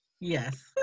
Yes